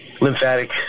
lymphatic